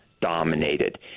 dominated